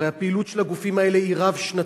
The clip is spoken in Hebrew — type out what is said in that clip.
הרי הפעילות של הגופים האלה היא רב-שנתית.